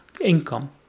income